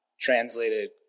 translated